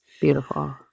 Beautiful